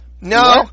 No